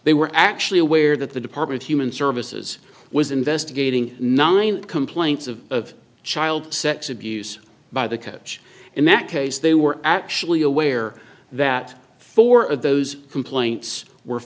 they were actually aware that the department human services was investigating nine complaints of child sex abuse by the coach in that case they were actually aware that four of those complaints were